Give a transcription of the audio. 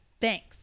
Thanks